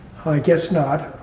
i guess not.